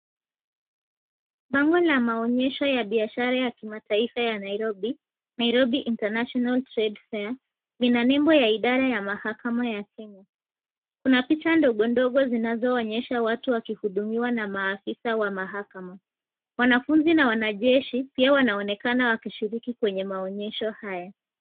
Bango la maonyesho biashara ya kimataifa ya Nairobi, Nairobi international trade fair lina nembo ya idara ya mahakama ya Kenya. Kuna picha ndogo ndogo zinazoonyesha watu wakihudumiwa na maafisa wa mahakama . Wanafunzi na wanajeshi pia wanaonekana wanashiriki kwenye maonyesho haya.